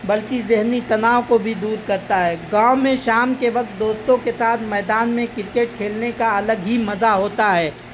بلکہ ذہنی تناؤ کو بھی دور کرتا ہے گاؤں میں شام کے وقت دوستوں کے ساتھ میدان میں کرکٹ کھیلنے کا الگ ہی مزہ ہوتا ہے